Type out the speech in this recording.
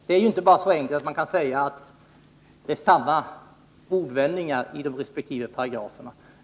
Det är ju inte så enkelt att man kan säga att det är samma ordvändningar i de resp. paragraferna.